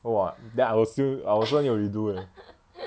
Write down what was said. !wah! then I will still I will still have to redo eh